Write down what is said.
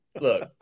Look